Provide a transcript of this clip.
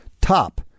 top